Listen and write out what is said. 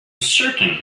certain